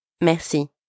Merci